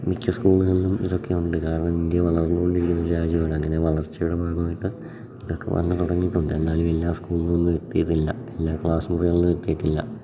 മിക്ക സ്കൂളുകളിലും ഇതൊക്കെയുണ്ട് കാരണം ഇന്ത്യ വളർന്നു കൊണ്ടിരിക്കുന്ന രാജ്യമാണ് അങ്ങനെ വളർച്ചയുടെ ഭാഗമായിട്ട് ഇതൊക്കെ വളർന്ന് തുടങ്ങിയിട്ടുണ്ട് എന്നാലും എല്ലാ സ്കൂളിൽ ഒന്നും എത്തിയിട്ടില്ല എല്ലാ ക്ലാസ്സ് മുറികളിലും എത്തിയിട്ടില്ല